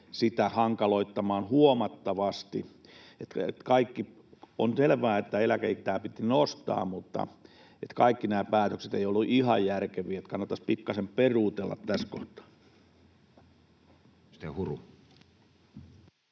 sitä hankaloittamaan huomattavasti. On selvää, että eläkeikää piti nostaa, mutta kaikki nämä päätökset eivät olleet ihan järkeviä, että kannattaisi pikkasen peruutella tässä kohtaa.